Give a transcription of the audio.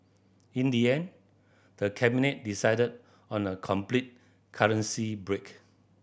in the end the Cabinet decided on a complete currency break